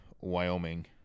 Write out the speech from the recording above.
Wyoming